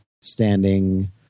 standing